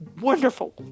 wonderful